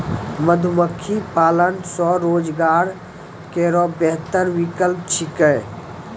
मधुमक्खी पालन स्वरोजगार केरो बेहतर विकल्प छिकै